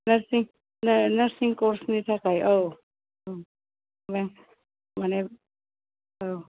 nursing नार्सिं कर्सनि थाखाय औ माने औ